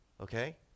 okay